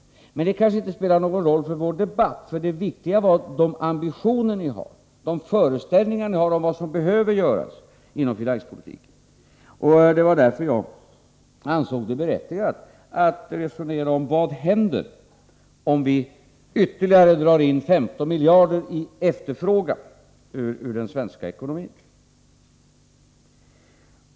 Detta spelar kanske inte någon roll för vår debatt, för det viktiga är de ambitioner ni har och de föreställningar ni har om vad som behöver göras inom finanspolitiken, och det var därför jag ansåg det berättigat att resonera om vad som händer om vi drar bort ytterligare 15 miljarder i efterfrågan från den svenska ekonomin.